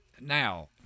now